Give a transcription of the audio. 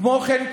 כמו כן,